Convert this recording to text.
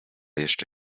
jeszcze